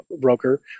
broker